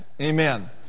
Amen